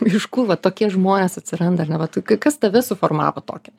iš kur va tokie žmonės atsiranda ar ne vat tai kas tave suformavo tokią